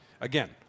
Again